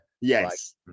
Yes